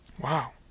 Wow